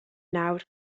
nawr